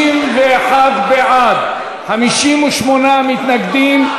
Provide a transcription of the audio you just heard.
61 בעד, 58 מתנגדים.